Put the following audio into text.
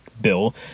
bill